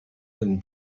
than